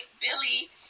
Billy